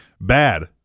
Bad